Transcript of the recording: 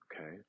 Okay